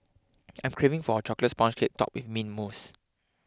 I'm craving for a Chocolate Sponge Cake Topped with Mint Mousse